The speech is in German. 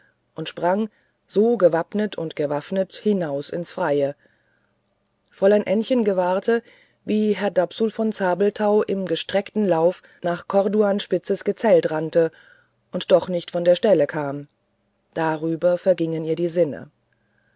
und sprang so gewaffnet und gewappnet hinaus ins freie fräulein ännchen gewahrte wie herr dapsul von zabelthau im gestrecktesten lauf nach corduanspitzes gezelt rannte und doch nicht von der stelle kam darüber vergingen ihr die sinne